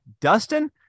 Dustin